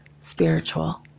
spiritual